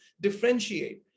differentiate